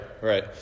Right